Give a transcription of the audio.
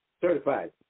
Certified